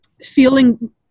feeling